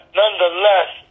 nonetheless